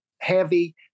heavy